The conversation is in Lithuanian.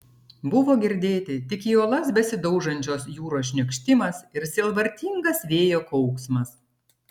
buvo girdėti tik į uolas besidaužančios jūros šniokštimas ir sielvartingas vėjo kauksmas